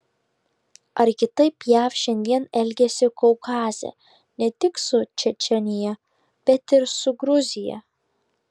ar kitaip jav šiandien elgiasi kaukaze ne tik su čečėnija bet ir su gruzija